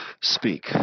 speak